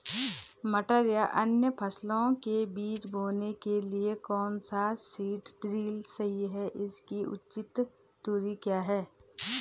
मटर या अन्य फसलों के बीज बोने के लिए कौन सा सीड ड्रील सही है इसकी उचित दूरी क्या है?